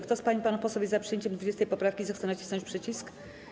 Kto z pań i panów posłów jest za przyjęciem 20. poprawki, zechce nacisnąć przycisk.